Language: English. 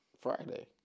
Friday